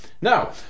Now